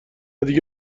دیگه